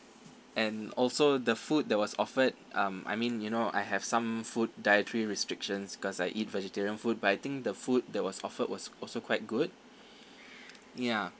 and also the food that was offered um I mean you know I have some food dietary restrictions because I eat vegetarian food but I think the food that was offered was also quite good ya